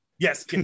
Yes